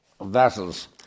vessels